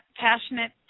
passionate